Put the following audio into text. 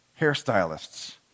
hairstylists